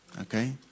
Okay